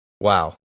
Wow